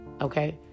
Okay